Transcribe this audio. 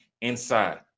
inside